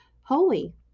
holy